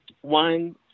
one